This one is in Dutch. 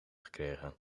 gekregen